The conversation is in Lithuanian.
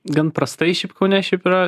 gan prastai šiaip kaune šiaip yra